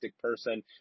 person